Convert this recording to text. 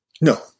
No